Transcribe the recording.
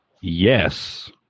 Yes